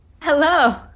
Hello